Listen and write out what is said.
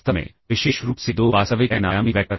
वास्तव में विशेष रूप से दो वास्तविक एन आयामी वैक्टर